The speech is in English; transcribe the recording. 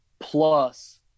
plus